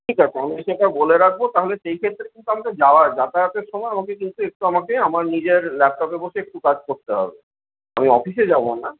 ঠিক আছে আমি সেটা বলে রাখব তা হলে সে ক্ষেত্রে কিন্তু আমাকে যাওয়ার যাতায়াতের সময় আমাকে কিন্তু একটু আমাকে আমার নিজের ল্যাপটপে বসে একটু কাজ করতে হবে আমি অফিসে যাব না